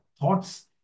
thoughts